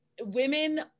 women